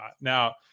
Now